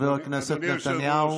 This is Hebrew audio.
חבר הכנסת נתניהו.